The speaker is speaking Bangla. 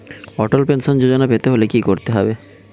অটল পেনশন যোজনা পেতে হলে কি করতে হবে?